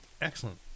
Excellent